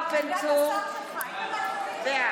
בבקשה להוסיף את חבר הכנסת רוטמן וחבר הכנסת מקלב.